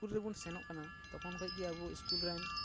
school ᱨᱮᱵᱚᱱ ᱥᱮᱱᱚᱜ ᱠᱟᱱᱟ ᱛᱚᱠᱷᱚᱱ ᱠᱷᱚᱱᱜᱮ ᱟᱵᱚ ᱥᱠᱩᱞ ᱨᱮᱱ